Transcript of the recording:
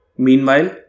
Meanwhile